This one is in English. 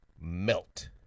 melt